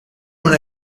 non